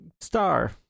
star